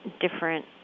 different